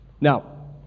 Now